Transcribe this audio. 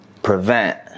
prevent